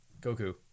Goku